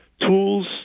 tools